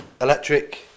electric